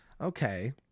okay